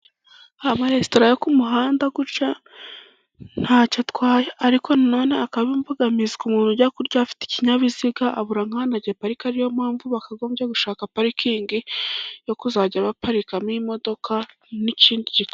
Amaresitora yo ku muhanda gutya nta cyo atwaye, ariko nano akaba imbogamizi ku muntu ujya kurya afite ikinyabiziga, abura nk'aho aparika, ariyo mpamvu bakagombye gushaka parikingi yo kuzajya baparikamo imodoka n'ikindi gi....